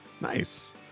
Nice